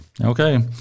Okay